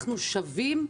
אנחנו שווים,